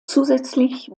zusätzlich